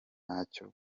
ntacyo